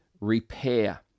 repair